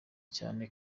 cyane